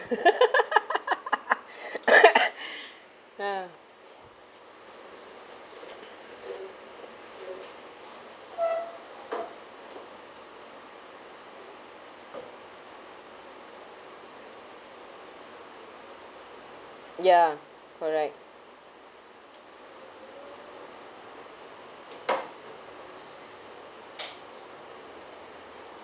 ya ya correct